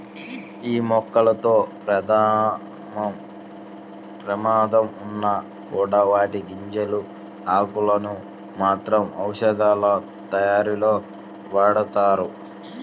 యీ మొక్కలతో ప్రమాదం ఉన్నా కూడా వాటి గింజలు, ఆకులను మాత్రం ఔషధాలతయారీలో వాడతారు